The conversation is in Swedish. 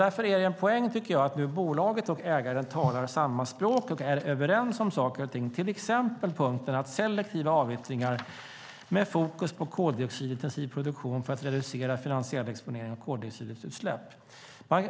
Därför är det en poäng, tycker jag, att bolaget och ägaren talar samma språk och är överens om saker och ting, till exempel punkten om selektiva avyttringar med fokus på koldioxidintensiv produktion för att reducera finansiell exponering av koldioxidutsläpp.